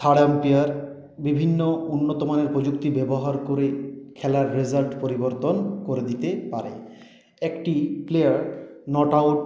third umpire বিভিন্ন উন্নত মানের প্রযুক্তি ব্যবহার করে খেলার রেজাল্ট পরিবর্তন করে দিতে পারে একটি প্লেয়ার নট আউট